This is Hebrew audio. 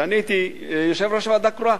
כשאני הייתי יושב-ראש ועדה קרואה,